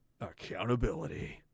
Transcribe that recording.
accountability